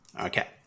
Okay